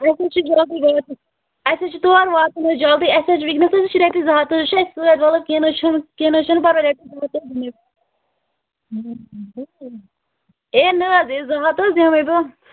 اسہِ حظ چھُ جلدٕے واتُن اسہِ حظ چھُ تور واتُن حظ جَلدٕے اسہِ چھُ وُنکیٚنَس چھُ زٕ ہَتھ حظ چھِ اسہِ سۭتۍ وَلہٕ حظ کیٚنٛہہ نہ حظ چھُنہٕ کیٚنٛہہ نہٕ حظ چھُنہٕ پَرواے رۄپیَس زٕ ہَتھ حظ دِمٕے بہٕ ایے نہ حظ ایے زٕ ہَتھ حظ دِمٕے بہٕ